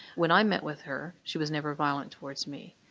when i met with her, she was never violent towards me.